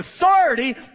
authority